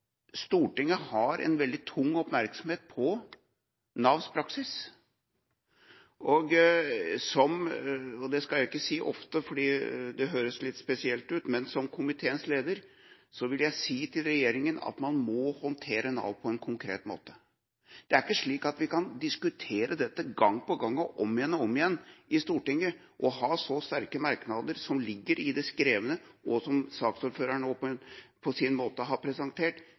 Stortinget har en veldig tung oppmerksomhet på Navs praksis. Som komiteens leder – og det skal jeg ikke si ofte, fordi det høres litt spesielt ut – vil jeg si til regjeringa at man må håndtere Nav på en konkret måte. Det er ikke slik at vi kan diskutere dette gang på gang og om igjen og om igjen i Stortinget, og ha så sterke merknader som det som ligger i det skrevne, og som saksordføreren nå på sin måte har presentert,